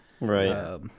Right